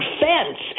fence